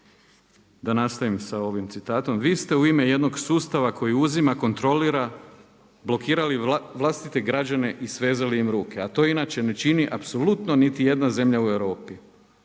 Da nastavim sa ovim citatom: „vi ste u ime jednog sustava koji uzima, kontrolira blokirali vlastite građane i svezali im ruke. A to inače ne čini apsolutno niti jedna zemlja u Europi.